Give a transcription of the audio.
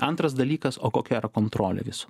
antras dalykas o kokia yra kontrolė viso